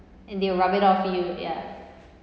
and they will rub it off for you ya